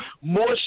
more